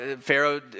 Pharaoh